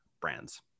brands